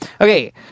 Okay